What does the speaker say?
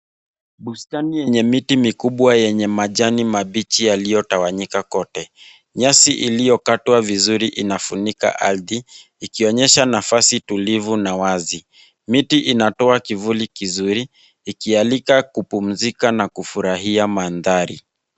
Bustani yenye miti mikubwa yenye majani mabichi yaliyotawanyika kote. Nyasi iliyokatwa vizuri inafunika ardhi ikionyesha nafasi tulivu na wazi. Miti inatoa kivuli kizuri ikialika kupumzika na kufurahia mandhari.